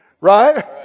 Right